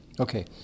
Okay